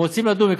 הם רוצים לדון,